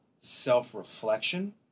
self-reflection